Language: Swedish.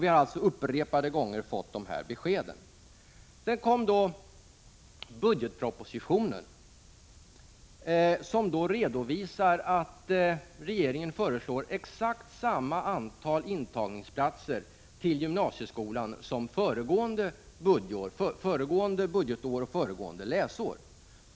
Vi har alltså upprepade gånger fått samma besked. Sedan kom budgetpropositionen, av vilken framgår att regeringen föreslår exakt samma antal platser i gymnasieskolan som gällde föregående budgetår och föregående läsår.